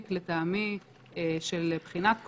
הכנסת רשאית,